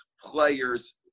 players